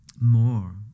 More